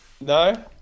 No